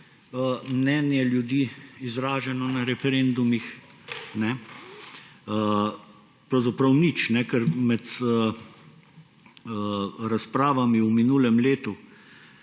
mnenje ljudi, izraženo na referendumih ‒ pravzaprav nič. Ker med razpravami v minulem letu,